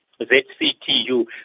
ZCTU